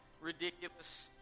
ridiculous